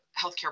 healthcare